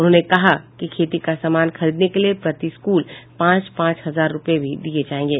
उन्होंने कहा कि खेती का सामान खरीदने के लिए प्रति स्कूल पांच पांच हजार रूपये भी दिये जायेंगे